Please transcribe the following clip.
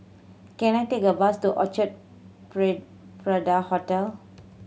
can I take a bus to Orchard prey Parade Hotel